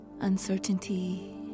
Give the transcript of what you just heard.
uncertainty